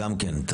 וגם כן,